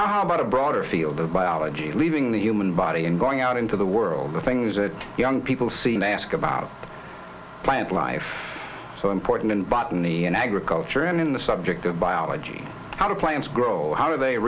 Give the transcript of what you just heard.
now how about a broader field of biology leaving the human body and going out into the world the things that young people seem to ask about plant life so important in botany and agriculture and in the subject of biology how to plants grow how do they